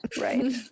right